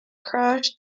crash